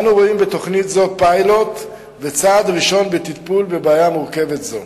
אנו רואים בתוכנית זו פיילוט וצעד ראשון בטיפול בבעיה מורכבת זו.